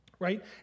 right